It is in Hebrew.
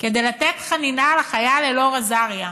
כדי לתת חנינה לחייל אלאור אזריה.